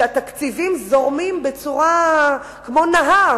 כשהתקציבים זורמים כמו נהר,